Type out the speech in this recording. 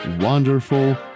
Wonderful